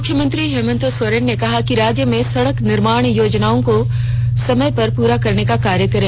मुख्यमंत्री हेमन्त सोरेन ने कहा कि राज्य में सड़क निर्माण योजनाओं को ससमय पूरा करने का कार्य करें